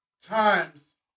times